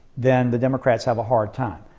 then the democrats have a hard time,